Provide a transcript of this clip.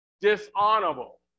dishonorable